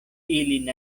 ilin